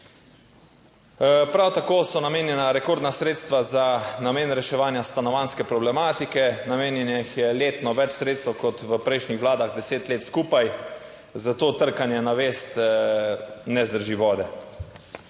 Prav tako so namenjena rekordna sredstva za namen reševanja stanovanjske problematike, namenjenih je letno več sredstev kot v prejšnjih vladah deset let skupaj, zato trkanje na vest ne zdrži vode